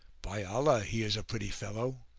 by allah he is a pretty fellow!